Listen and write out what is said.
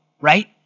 right